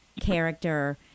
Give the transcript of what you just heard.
character